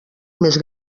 més